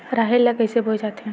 राहेर ल कइसे बोय जाथे?